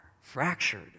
fractured